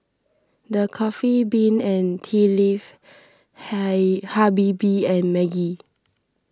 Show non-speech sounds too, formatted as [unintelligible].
the Coffee Bean and Tea Leaf [unintelligible] Habibie and Maggi